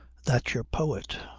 that's your poet.